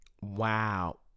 Wow